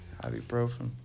ibuprofen